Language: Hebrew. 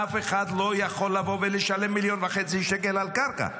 אף אחד לא יכול לבוא ולשלם 1.5 מיליון שקל על קרקע.